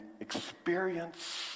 experience